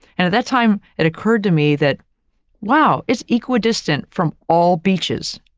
and at that time, it occurred to me that wow, it's equidistant from all beaches.